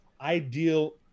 ideal